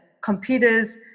computers